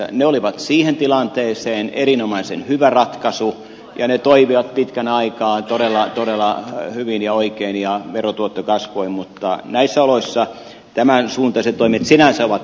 ne olivat siihen tilanteeseen erinomaisen hyvä ratkaisu ja ne toimivat pitkän aikaa todella hyvin ja oikein ja verotuotto kasvoi mutta näissä oloissa tämänsuuntaiset toimet sinänsä ovat oikeita